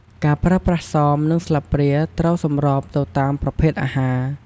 ការប្រើប្រាស់សម និងស្លាបព្រាត្រូវសម្របទៅតាមប្រភេទអាហារ។